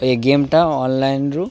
ଏ ଗେମ୍ଟା ଅନଲାଇନ୍ରୁ